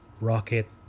rocket